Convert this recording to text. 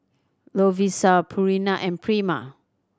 Lovisa Purina and Prima